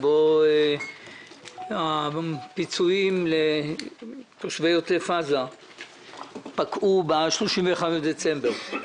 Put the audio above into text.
של הפיצויים לתושבי עוטף עזה שפקעו ב-31 לדצמבר.